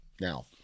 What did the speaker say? Now